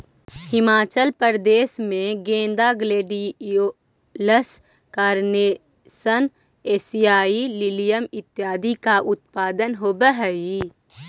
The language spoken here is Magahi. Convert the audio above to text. हिमाचल प्रदेश में गेंदा, ग्लेडियोलस, कारनेशन, एशियाई लिलियम इत्यादि का उत्पादन होवअ हई